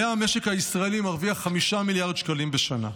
המשק הישראלי ירוויח 5 מיליארד שקלים בשנה.